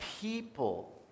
people